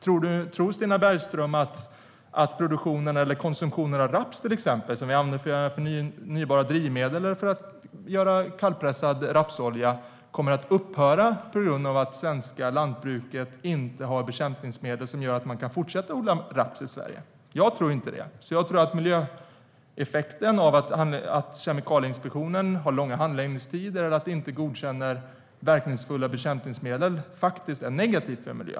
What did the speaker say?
Tror Stina Bergström att produktionen eller konsumtionen av exempelvis raps, som vi använder till att göra förnybara drivmedel och till att göra kallpressad rapsolja, kommer att upphöra på grund av att det svenska lantbruket inte har bekämpningsmedel som gör att man kan fortsätta att odla raps i Sverige? Jag tror inte det. Jag tror att miljöeffekten av att Kemikalieinspektionen har långa handläggningstider eller inte godkänner verkningsfulla bekämpningsmedel faktiskt är negativ.